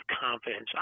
confidence